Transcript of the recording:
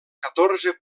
catorze